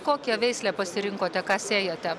kokią veislę pasirinkote ką sėjote